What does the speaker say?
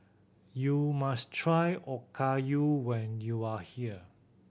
you must try Okayu when you are here